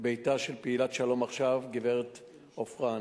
ביתה של פעילת "שלום עכשיו" גברת עופרן.